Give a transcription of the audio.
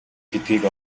гэдгийг